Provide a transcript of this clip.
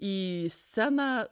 į sceną